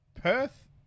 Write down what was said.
Perth